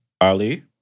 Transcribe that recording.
Ali